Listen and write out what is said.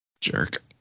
Jerk